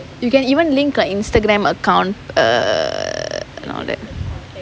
you can even link a Instagram account uh all that